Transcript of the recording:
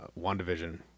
WandaVision